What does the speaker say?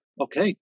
okay